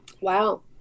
Wow